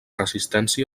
resistència